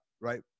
right